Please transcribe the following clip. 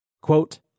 quote